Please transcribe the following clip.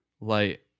light